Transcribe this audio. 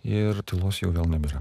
ir tylos jau vėl nebėra